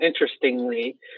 interestingly